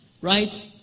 right